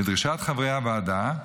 לדרישת חברי הוועדה,